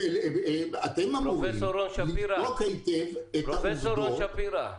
אתם אמורים לבדוק היטב את העובדות --- פרופ' רון שפירא,